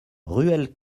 ruelle